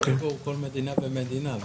כל מדינה ומדינה,